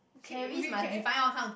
okay we okay